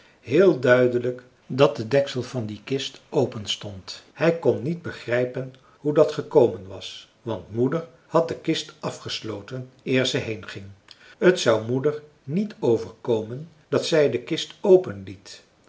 heel duidelijk dat de deksel van die kist open stond hij kon niet begrijpen hoe dat gekomen was want moeder had de kist afgesloten eer ze heenging t zou moeder niet overkomen dat zij de kist